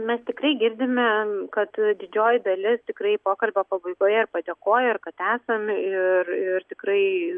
mes tikrai girdime kad didžioji dalis tikrai pokalbio pabaigoje ir padėkoja ir kad esam ir ir tikrai